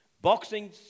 boxing